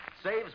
Saves